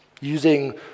Using